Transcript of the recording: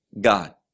God